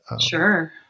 Sure